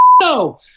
No